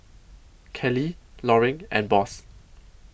Kelly Loring and Boss